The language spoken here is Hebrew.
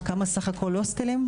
כמה סך הכול הוסטלים?